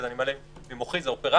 אני מעלה את זה עכשיו ממוחי, זו אופרציה.